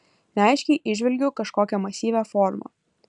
neaiškiai įžvelgiu kažkokią masyvią formą